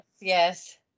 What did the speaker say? Yes